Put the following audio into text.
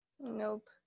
Nope